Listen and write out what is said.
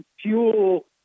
fuel